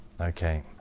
Okay